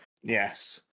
yes